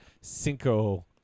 Cinco